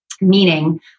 meaning